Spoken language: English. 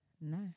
No